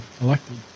elected